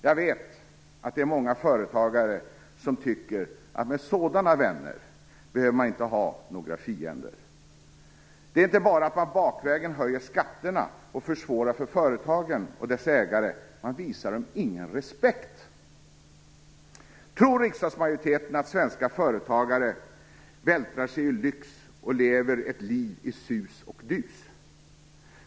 Jag vet att det är många företagare som tycker att med sådana vänner behöver man inte ha några fiender. Det är inte bara att man bakvägen höjer skatterna och försvårar för företagen och deras ägare, utan man visar dem ingen respekt. Tror riksdagsmajoriteten att svenska företagare vältrar sig i lyx och lever ett liv i sus och dus?